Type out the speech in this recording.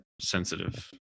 sensitive